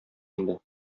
инде